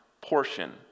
portion